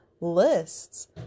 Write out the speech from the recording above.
lists